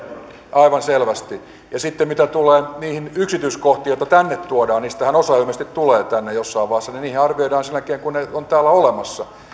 aivan selvästi ja mitä sitten tulee niihin yksityiskohtiin joita tänne tuodaan niistähän osa ilmeisesti tulee tänne jossain vaiheessa niin ne arvioidaan sen jälkeen kun ne ovat täällä olemassa